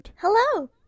Hello